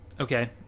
okay